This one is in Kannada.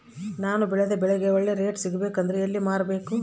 ನಾನು ಬೆಳೆದ ಬೆಳೆಗೆ ಒಳ್ಳೆ ರೇಟ್ ಸಿಗಬೇಕು ಅಂದ್ರೆ ಎಲ್ಲಿ ಮಾರಬೇಕು?